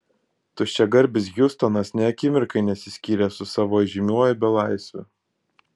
tuščiagarbis hiustonas nė akimirkai nesiskyrė su savo įžymiuoju belaisviu